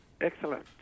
Excellent